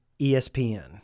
ESPN